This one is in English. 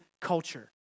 culture